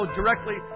directly